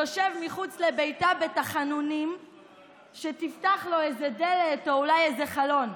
יושב מחוץ לביתה בתחנונים שתפתח לו איזה דלת או אולי איזה חלון.